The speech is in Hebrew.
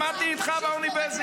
למדנו איתך באוניברסיטה,